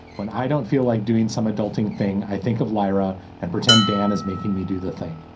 when i don't feel like doing some adult thing thing i think of lyra and pretend dan is making me do the thing.